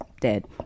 dead